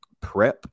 prep